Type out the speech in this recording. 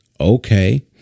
okay